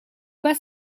pas